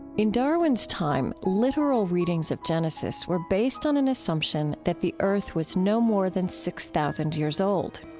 in darwin's time, literal readings of genesis were based on an assumption that the earth was no more than six thousand years old.